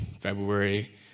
February